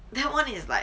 that one is like